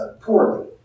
poorly